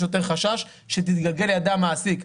יש יותר חשש שתתגלגל לידי המעסיק.